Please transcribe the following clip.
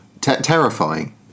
terrifying